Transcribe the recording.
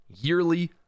yearly